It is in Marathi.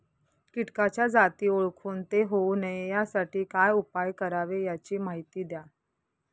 किटकाच्या जाती ओळखून ते होऊ नये यासाठी काय उपाय करावे याची माहिती द्या